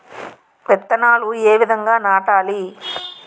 విత్తనాలు ఏ విధంగా నాటాలి?